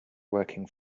working